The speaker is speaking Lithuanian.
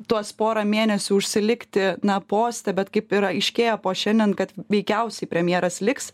tuos porą mėnesių užsilikti na poste bet kaip ir aiškėja po šiandien kad veikiausiai premjeras liks